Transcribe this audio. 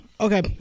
Okay